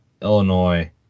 Illinois